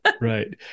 Right